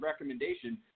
recommendation